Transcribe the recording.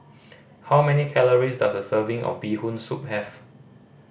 how many calories does a serving of Bee Hoon Soup have